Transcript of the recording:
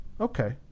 Okay